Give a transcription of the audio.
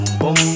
boom